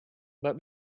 let